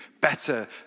better